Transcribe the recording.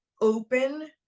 open